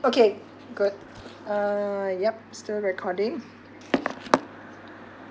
okay good uh yup still recording